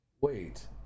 wait